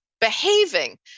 behaving